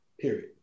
period